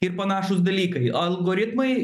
ir panašūs dalykai algoritmai